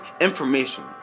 information